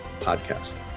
podcast